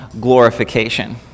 glorification